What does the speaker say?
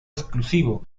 exclusivo